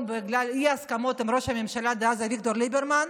בגלל אי-הסכמות עם ראש הממשלה דאז אביגדור ליברמן,